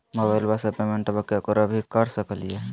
मोबाइलबा से पेमेंटबा केकरो कर सकलिए है?